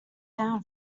down